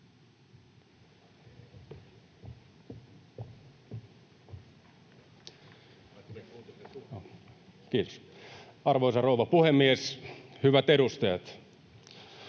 Content: Arvoisa rouva puhemies! Hyvät edustajat!